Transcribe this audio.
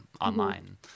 online